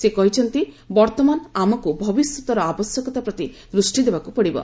ସେ କହିଛନ୍ତି ବର୍ତ୍ତମାନ ଆମକୁ ଭବିଷ୍ୟତର ଆବଶ୍ୟକତା ପ୍ରତି ଦୃଷ୍ଟି ଦେବାକୁ ପଡ଼ିବ